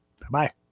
Bye-bye